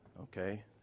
Okay